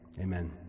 Amen